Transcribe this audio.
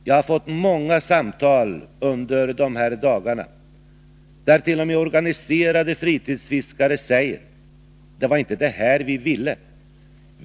Jag har fått många samtal under de här dagarna där t.o.m. organiserade fritidsfiskare säger: ”Det var inte det här vi ville.